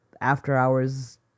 after-hours